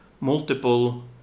multiple